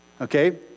Okay